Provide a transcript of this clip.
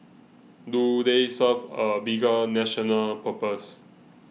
do they serve a bigger national purpose